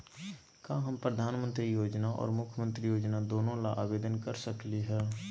का हम प्रधानमंत्री योजना और मुख्यमंत्री योजना दोनों ला आवेदन कर सकली हई?